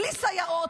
בלי סייעות,